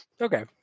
Okay